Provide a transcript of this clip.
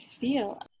feel